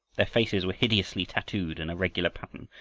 their faces were hideously tattooed in a regular pattern,